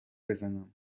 بزنم